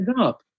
up